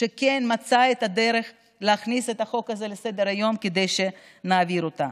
שכן מצא את הדרך להכניס את הצעת החוק הזו לסדר-היום כדי שנעביר אותה.